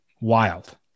Wild